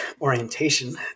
orientation